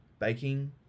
baking